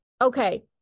okay